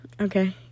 Okay